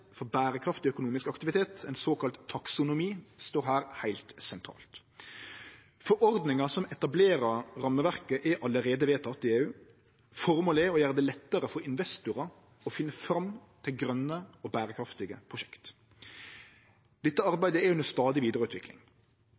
for berekraftig økonomisk aktivitet, ein såkalla taksonomi, står her heilt sentralt. Forordninga som etablerer rammeverket, er allereie vedteke i EU. Føremålet er å gjere det lettare for investorar å finne fram til grøne og berekraftige prosjekt. Dette arbeidet er under stadig vidareutvikling.